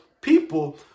people